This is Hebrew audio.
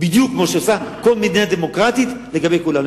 בדיוק כמו שעושה כל מדינה דמוקרטית לגבי כולם.